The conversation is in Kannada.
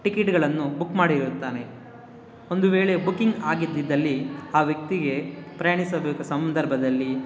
ಟಿಕೆಟ್ಗಳನ್ನು ಬುಕ್ ಮಾಡಿರುತ್ತಾನೆ ಒಂದು ವೇಳೆ ಬುಕ್ಕಿಂಗ್ ಆಗದಿದ್ದಲ್ಲಿ ಆ ವ್ಯಕ್ತಿಗೆ ಪ್ರಯಾಣಿಸಬೇಕು ಸಂದರ್ಭದಲ್ಲಿ